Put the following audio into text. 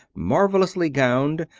marvelously gowned,